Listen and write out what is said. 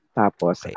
tapos